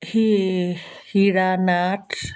Hi Hira Nath